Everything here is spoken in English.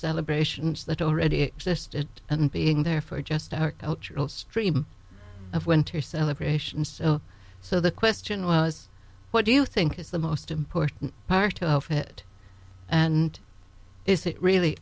celebrations that already existed and being there for just our cultural stream of winter celebrations so the question was what do you think is the most important part of it and is it really